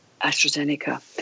AstraZeneca